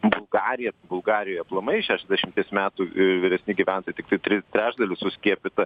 bulgariją tai bulgarijoj aplamai šešiasdešimties metų ir vyresni gyventojai tiktai tris trečdalis suskiepyta